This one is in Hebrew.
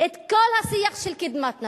את כל השיח של קדמת נשים.